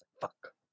fuck